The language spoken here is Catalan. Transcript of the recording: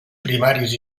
primaris